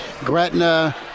Gretna